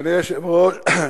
אדוני היושב-ראש,